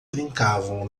brincavam